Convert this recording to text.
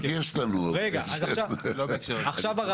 עכשיו,